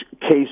case